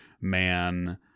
man